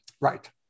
Right